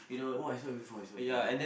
oh I saw before I saw before